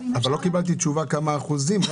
לא קיבלתי תשובה כמה אחוזים.